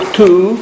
two